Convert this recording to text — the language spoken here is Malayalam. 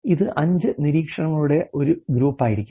ഇത് 5 നിരീക്ഷണങ്ങളുടെ ഒരു ഗ്രൂപ്പായിരിക്കാം